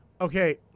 Okay